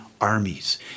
armies